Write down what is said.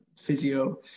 physio